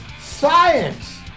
Science